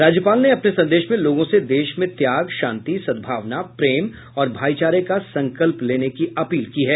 राज्यपाल ने अपने संदेश में लोगों से देश में त्याग शांति सद्भावना प्रेम और भाईचारा का संकल्प लेने की अपील की है